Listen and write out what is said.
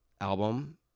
album